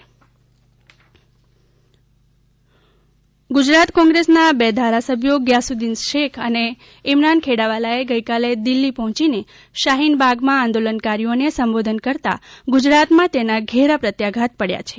કોન્ગ્રેસ શહીનબાગ ગુજરાત ગુજરાત કોન્ગ્રેસના બે ધારાસભ્યો ગ્યાસુદીન શેખ અને ઇમરાન ખેડાવાલાએ ગઈકાલે દિલ્હી પહોંચીને શાહીનબાગ ના આંદોલનકારીઓને સંબોધન કરતાં ગુજરાતમાં તેના ઘેરા પ્રત્યાઘાત પડ્યા છે